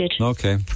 Okay